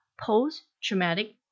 post-traumatic